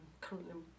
currently